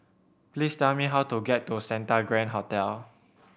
please tell me how to get to Santa Grand Hotel